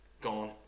gone